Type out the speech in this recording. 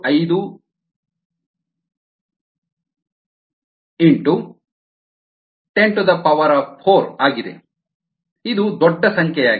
75x104 ಆಗಿದೆ ಇದು ದೊಡ್ಡ ಸಂಖ್ಯೆಯಾಗಿದೆ